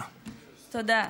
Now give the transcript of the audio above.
תודה רבה.